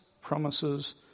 promises